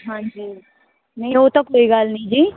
ਹਾਂਜੀ ਨਈਂ ਉਹ ਤਾਂ ਕੋਈ ਗੱਲ ਨੀ ਜੀ